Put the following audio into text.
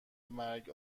مرگ